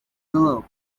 club